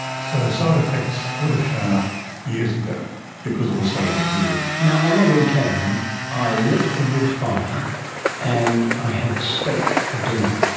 so side-effects would have shown up years ago because it was so widely used. on the weekend i lit a wood fire and i had steak for dinner.